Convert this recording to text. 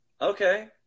okay